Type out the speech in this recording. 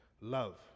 love